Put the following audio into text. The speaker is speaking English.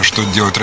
to do